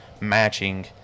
matching